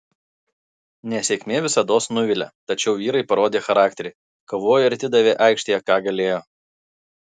nesėkmė visados nuvilia tačiau vyrai parodė charakterį kovojo ir atidavė aikštėje ką galėjo